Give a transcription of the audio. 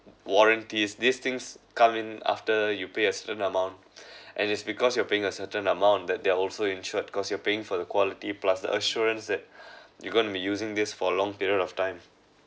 warranties these things come in after you pay a certain amount and it's because you are paying a certain amount that they are also insured because you are paying for the quality plus the assurance that you're going to be using this for a long period of time